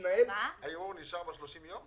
הערעור נשאר ב-30 יום?